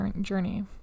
journey